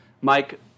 Mike